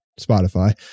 Spotify